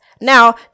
Now